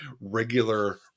regular